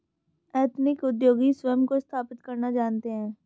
ethnic उद्योगी स्वयं को स्थापित करना जानते हैं